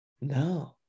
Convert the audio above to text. No